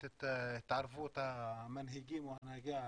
את התערבות המנהיגים או ההנהגה הערבית.